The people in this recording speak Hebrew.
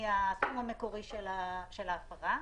מהסכום המקורי של ההפרה.